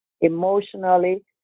emotionally